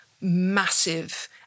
massive